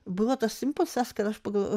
buvo tas impulsas kad aš pagalvojau